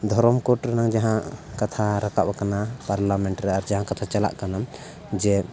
ᱫᱷᱚᱨᱚᱢ ᱠᱳᱰ ᱨᱮᱱᱟᱜ ᱡᱟᱦᱟᱸ ᱠᱟᱛᱷᱟ ᱨᱟᱠᱟᱵ ᱟᱠᱟᱱᱟ ᱯᱟᱨᱞᱟᱢᱮᱱᱴ ᱨᱮ ᱟᱨ ᱡᱟᱦᱟᱸ ᱠᱟᱛᱷᱟ ᱪᱟᱞᱟᱜ ᱠᱟᱱᱟ ᱡᱮ